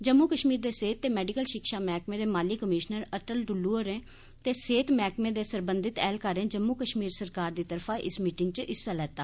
जम्मू कश्मीर दे सेह्त ते मैडिकल शिक्षा मैह्कमे दे माली कमिशनर अटल डुल्लु ते सेह्त मैह्कमे दे सरबंधत ऐह्लकारें जम्मू कश्मीर सरकार दी तरफा इस मीटिंग च हिस्सा लैता